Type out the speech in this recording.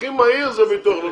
הכי מהיר זה ביטוח לאומי.